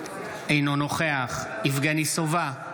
אינו נוכח יבגני סובה,